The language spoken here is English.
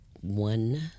one